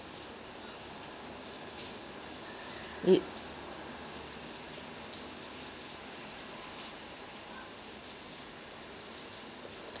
it